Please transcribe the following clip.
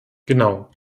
genau